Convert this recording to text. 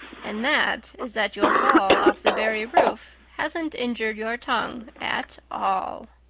and that is that your fall off the barry roof hasn't injured your tongue at all.